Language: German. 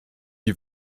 die